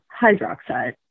hydroxide